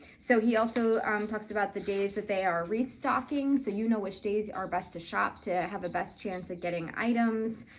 so, he also talks about the days that they are restocking so you know which days are best to shop to have a best chance of getting items.